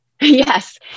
yes